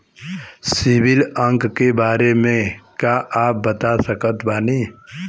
CIBIL अंक के बारे मे का आप बता सकत बानी?